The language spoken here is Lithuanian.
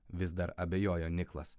vis dar abejojo niklas